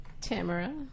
Tamara